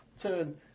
turn